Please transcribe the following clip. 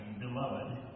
beloved